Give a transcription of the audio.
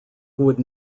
would